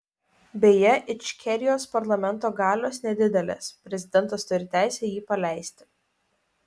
beje ičkerijos parlamento galios nedidelės prezidentas turi teisę jį paleisti